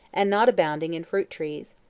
and not abounding in fruit-trees,